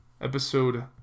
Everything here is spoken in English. episode